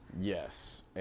Yes